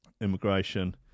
immigration